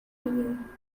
you